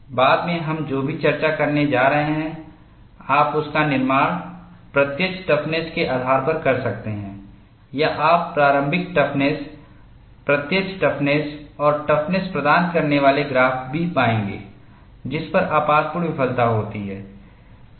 बाद में हम जो भी चर्चा करने जा रहे हैं आप उसका निर्माण प्रत्यक्ष टफनेस के आधार पर कर सकते हैं या आप प्रारंभिक टफनेस प्रत्यक्ष टफनेस और टफनेस प्रदान करने वाले ग्राफ भी पाएंगे जिस पर आपातपूर्ण विफलता होती है